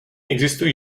existují